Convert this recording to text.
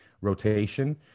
rotation